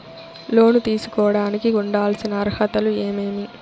లోను తీసుకోడానికి ఉండాల్సిన అర్హతలు ఏమేమి?